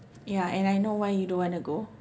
yeah and I know why you don't wanna go